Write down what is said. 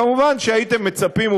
מובן שהייתם מצפים,